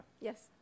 Yes